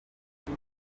ibi